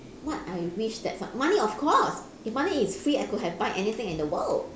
what I wish that's a money of course if money is free I could have buy anything in the world